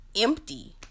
empty